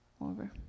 over